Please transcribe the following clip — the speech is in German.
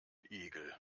igel